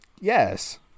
Yes